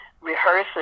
rehearsing